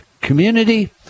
community